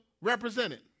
represented